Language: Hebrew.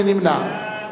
מי נמנע?